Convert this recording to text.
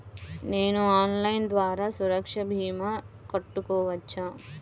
నేను ఆన్లైన్ ద్వారా సురక్ష భీమా కట్టుకోవచ్చా?